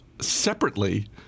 Separately